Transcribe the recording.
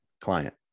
client